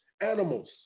animals